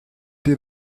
did